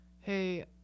hey